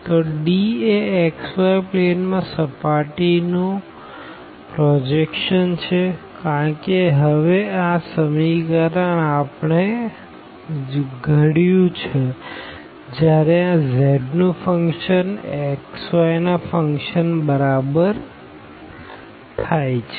તો D એ xy plane માં સર્ફેસ નું પ્રોજેક્શન છે કારણ કે હવે આ સમીકરણ આપણે ઘડ્યું છે જયારે આ z નું ફંક્શન xy ના ફંક્શન બરાબર થાય છે